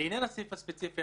לעניין הסעיף הספציפי,